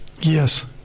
yes